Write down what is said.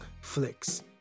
flicks